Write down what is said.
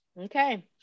Okay